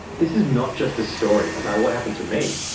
this is not just a story about what happened to me.